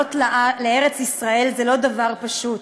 לעלות לארץ ישראל זה לא דבר פשוט.